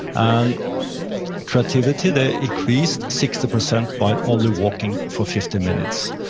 and creativity, they increased sixty percent by only walking for fifteen minutes.